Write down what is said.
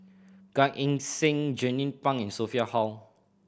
Gan Eng Seng Jernnine Pang and Sophia Hull